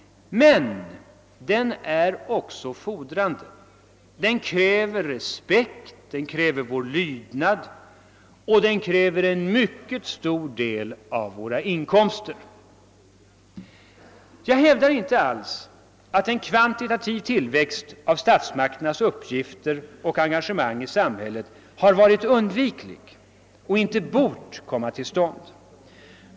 Men staten är också fordrande. Den kräver vår respekt och vår lydnad, och den kräver en mycket stor del av våra inkomster. Jag hävdar inte alls att en kvantitativ tillväxt av statsmakternas uppgifter och engagemang i samhället har varit undviklig och inte bort komma till stånd.